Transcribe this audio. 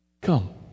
Come